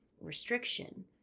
restriction